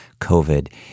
COVID